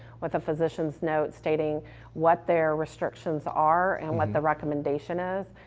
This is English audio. with a physician's note stating what their restrictions are and what the recommendation is.